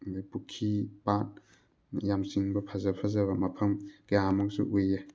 ꯑꯗꯒꯤ ꯄꯨꯈꯤ ꯄꯥꯠ ꯌꯥꯝꯆꯤꯡꯕ ꯐꯖ ꯐꯖꯕ ꯃꯐꯝ ꯀꯌꯥꯃꯨꯛꯁꯨ ꯎꯏꯌꯦ